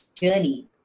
journey